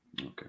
Okay